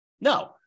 no